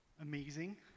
Amazing